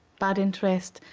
bad interest,